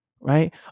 right